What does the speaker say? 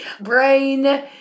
brain